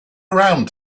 around